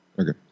Okay